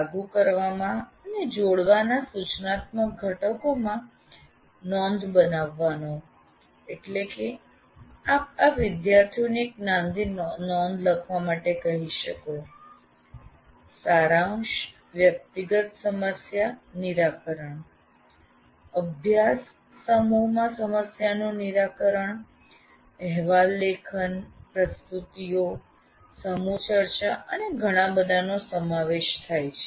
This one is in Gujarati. લાગુ કરવામાં અને જોડવાના સૂચનાત્મક ઘટકોમાં નોંધ બનાવવાનો એટલે કે આપ આ વિદ્યાર્થીઓને એક નાની નોંધ લખવા માટે કહી શકો સારાંશ વ્યક્તિગત સમસ્યા નિરાકરણ અભ્યાસ સમૂહમાં સમસ્યાનું નિરાકરણ અહેવાલ લેખન પ્રસ્તુતિઓ સમૂહ ચર્ચા અને ઘણા બધાનો સમાવેશ થાય છે